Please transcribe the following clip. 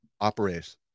operate